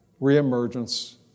reemergence